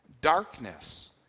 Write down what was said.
darkness